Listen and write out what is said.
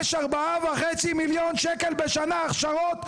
יש 4.5 מיליון שקלים בשנה הכשרות,